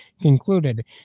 concluded